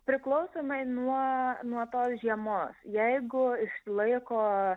priklausomai nuo nuo tos žiemos jeigu išsilaiko